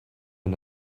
and